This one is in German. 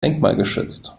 denkmalgeschützt